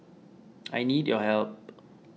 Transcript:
I need your help